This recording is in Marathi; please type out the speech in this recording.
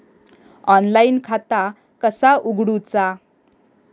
ऑनलाईन खाता कसा उगडूचा?